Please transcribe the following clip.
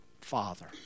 Father